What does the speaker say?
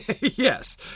Yes